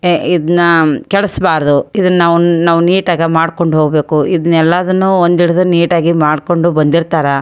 ಏಯ್ ಇದನ್ನ ಕೆಡಿಸ್ಬಾರ್ದು ಇದನ್ನು ನಾವು ನಾವು ನೀಟಾಗಿ ಮಾಡ್ಕೊಂಡು ಹೋಗ್ಬೇಕು ಇದ್ನೆಲ್ಲದನ್ನೂ ಒಂದು ಹಿಡ್ದು ನೀಟಾಗಿ ಮಾಡಿಕೊಂಡು ಬಂದಿರ್ತಾರೆ